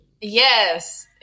Yes